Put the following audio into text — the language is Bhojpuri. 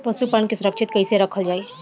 पशुपालन के सुरक्षित कैसे रखल जाई?